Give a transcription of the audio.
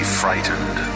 frightened